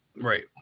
Right